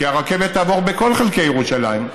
כי הרכבת תעבור בכל חלקי ירושלים,